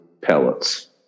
pellets